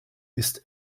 ist